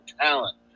talent